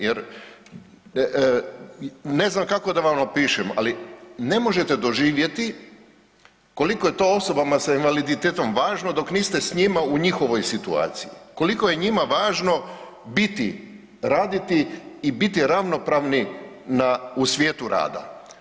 Jer ne znam kako da vam opišem, ali ne možete doživjeti koliko je to osobama sa invaliditetom važno dok niste sa njima u njihovoj situaciji, koliko je njima važno biti, raditi i biti ravnopravni u svijetu rada.